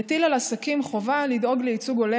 מטיל על עסקים חובה לדאוג לייצוג הולם